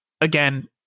again